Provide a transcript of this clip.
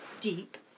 deep